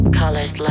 colors